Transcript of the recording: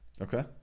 Okay